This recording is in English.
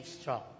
strong